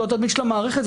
לא לתדמית של המערכת.